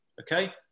Okay